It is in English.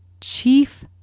chief